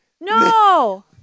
No